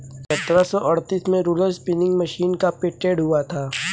सत्रह सौ अड़तीस में रोलर स्पीनिंग मशीन का पेटेंट हुआ था